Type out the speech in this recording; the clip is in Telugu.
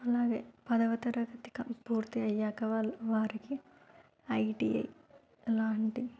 అలాగే పదవ తరగతి కం పూర్తి అయ్యాక వాళ్ళు వారికి ఐటిఐ లాంటి